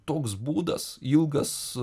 toks būdas ilgas